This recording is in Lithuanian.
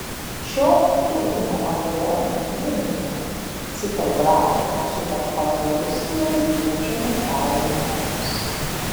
šio dėvimo android įrenginio ciferblatą supa patvarus nerūdijančio metalo rėmelis